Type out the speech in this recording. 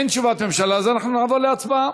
אין תשובת ממשלה, אז אנחנו נעבור להצבעה.